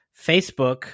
Facebook